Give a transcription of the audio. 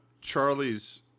Charlie's